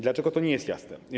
Dlaczego to nie jest jasne?